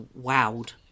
wowed